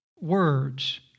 words